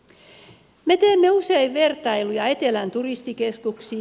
me teemme usein vertailuja etelän turistikeskuksiin